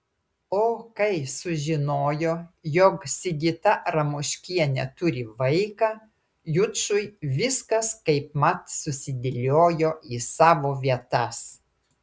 o kai sužinojo jog sigita ramoškienė turi vaiką jučui viskas kaipmat susidėliojo į savo vietas